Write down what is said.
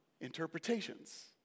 interpretations